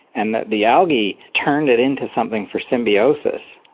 and that the algae turned it into something for symbiosis,